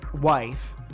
wife